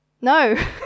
No